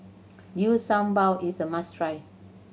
Liu Sha Bao is a must try